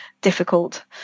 difficult